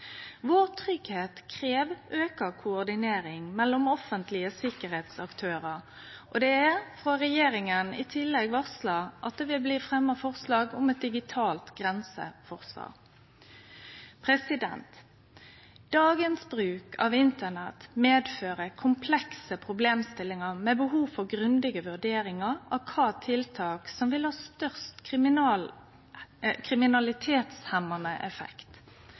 vår krev auka koordinering mellom offentlege tryggleiksaktørar, og det er frå regjeringa i tillegg varsla at det vil bli fremja forslag om eit «digitalt grenseforsvar». Dagens bruk av internett fører med seg komplekse problemstillingar med behov for grundige vurderingar av kva tiltak som vil ha størst kriminalitetshemjande effekt.